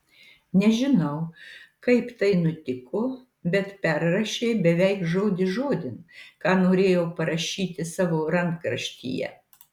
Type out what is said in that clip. nežinau kaip tai nutiko bet perrašei beveik žodis žodin ką norėjau parašyti savo rankraštyje